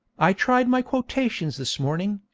i tried my quotations this morning,